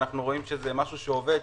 אנחנו רואים שזה משהו שעובד,